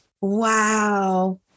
Wow